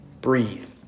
breathe